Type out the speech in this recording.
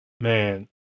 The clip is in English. Man